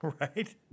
right